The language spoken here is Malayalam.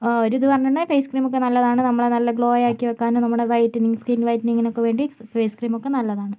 ഒരു ഇത് പറഞ്ഞിട്ടുണ്ടെങ്കിൽ ഫേസ് ക്രീം ഒക്കെ നല്ലതാണു നമ്മളെ നല്ല ഗ്ലോ ആക്കി വെക്കാനും നമ്മടെ വൈറ്റനിംഗ് സ്കിൻ വൈറ്റനിംഗിന് ഒക്കെ വേണ്ടി ഈ ഫേസ് ക്രീം ഒക്കെ നല്ലതാണ്